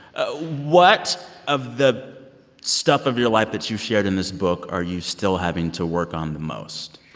ah what of the stuff of your life that you shared in this book are you still having to work on the most?